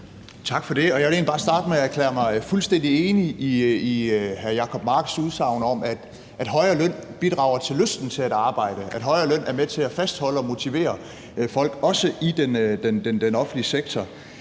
Tak for det. Jeg vil egentlig bare starte med at erklære mig fuldstændig enig i hr. Jacob Marks udsagn om, at højere løn bidrager til lysten til at arbejde, at højere løn er med til at fastholde og motivere folk også i den offentlige sektor.